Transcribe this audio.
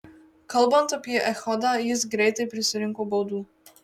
kalbant apie echodą jis greitai prisirinko baudų